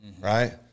right